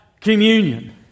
communion